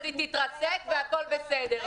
אז היא תתרסק והכול בסדר.